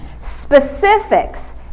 Specifics